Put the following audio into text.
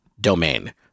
domain